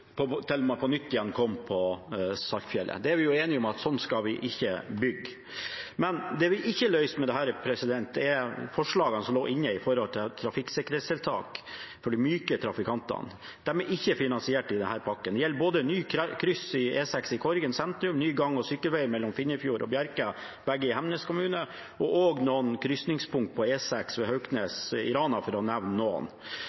på nytt kom på Saltfjellet. Vi er enige om at sånn skal vi ikke bygge. Men det vi ikke løser med dette, er forslagene som lå inne om trafikksikkerhetstiltak for de myke trafikantene. De er ikke finansiert i denne pakken. Det gjelder både nytt kryss i E6 Korgen sentrum, ny gang- og sykkelvei mellom Finneidfjord og Bjerka, begge i Hemnes kommune, og også noen krysningspunkt på E6 ved